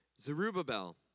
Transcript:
Zerubbabel